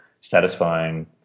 satisfying